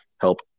help